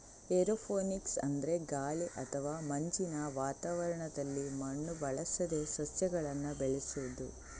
aeroponics ಅಂದ್ರೆ ಗಾಳಿ ಅಥವಾ ಮಂಜಿನ ವಾತಾವರಣದಲ್ಲಿ ಮಣ್ಣು ಬಳಸದೆ ಸಸ್ಯಗಳನ್ನ ಬೆಳೆಸುದು